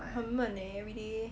很闷 eh everyday